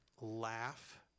laugh